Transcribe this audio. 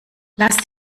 lass